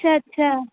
اچھا اچھا